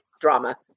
drama